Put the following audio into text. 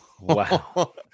Wow